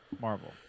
Marvel